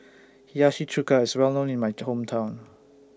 Hiyashi Chuka IS Well known in My Hometown